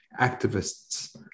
activists